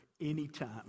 anytime